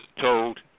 told